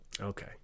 Okay